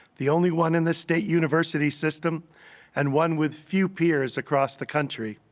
the only one in the state university system and one with few peers across the country.